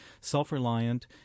self-reliant